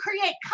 create